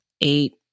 eight